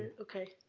okay.